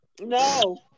No